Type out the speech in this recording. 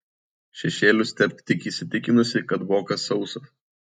šešėlius tepk tik įsitikinusi kad vokas sausas